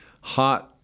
hot